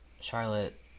Charlotte